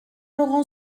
laurent